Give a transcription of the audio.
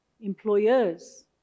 employers